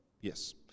Yes